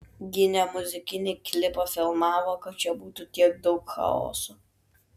gi ne muzikinį klipą filmavo kad čia būtų tiek daug chaoso